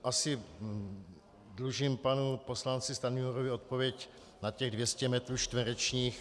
Asi dlužím panu poslanci Stanjurovi odpověď na těch 200 metrů čtverečních.